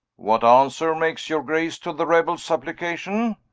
what answer makes your grace to the rebells supplication?